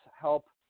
help